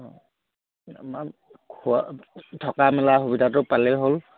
অঁ খোৱা থকা মেলা সুবিধাটো পালেই হ'ল